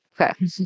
Okay